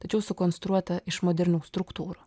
tačiau sukonstruota iš modernių struktūrų